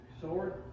Sword